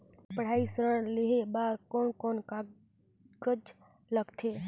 पढ़ाई ऋण लेहे बार कोन कोन कागज लगथे?